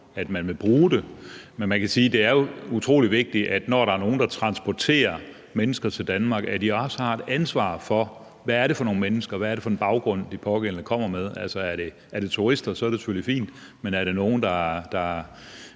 at man vil bruge det. Men man kan sige, at det er utrolig vigtigt, at når der er nogen, der transporterer mennesker til Danmark, så har de også et ansvar for, hvad det er for nogle mennesker, og hvad det er det for en baggrund, de pågældende kommer med. Er det turister, er det selvfølgelig fint, men er det nogle, der